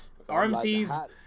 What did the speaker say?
RMC's